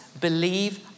believe